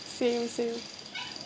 fails you